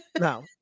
No